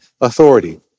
authority